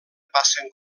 passen